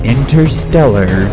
Interstellar